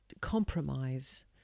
compromise